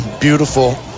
Beautiful